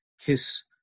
kiss